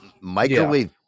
microwave